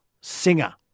singer